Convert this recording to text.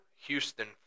Houston